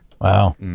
Wow